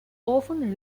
often